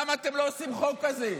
למה אתם לא עושים חוק כזה?